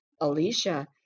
Alicia